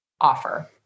offer